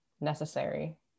necessary